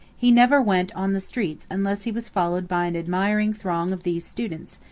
he never went on the streets unless he was followed by an admiring throng of these students,